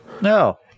No